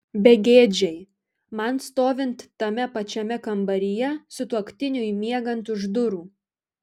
begėdžiai man stovint tame pačiame kambaryje sutuoktiniui miegant už durų